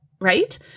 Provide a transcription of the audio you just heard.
right